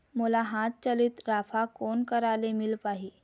मोला हाथ चलित राफा कोन करा ले मिल पाही?